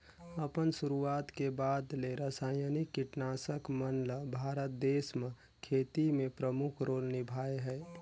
अपन शुरुआत के बाद ले रसायनिक कीटनाशक मन ल भारत देश म खेती में प्रमुख रोल निभाए हे